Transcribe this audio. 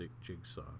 jigsaw